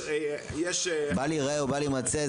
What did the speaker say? בל ייראה ובל יימצא,